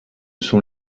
sont